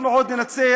אנחנו עוד ננצח.